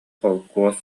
холкуос